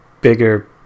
bigger